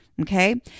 Okay